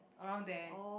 around there